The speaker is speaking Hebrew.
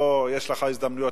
בוא, יש לך הזדמנויות.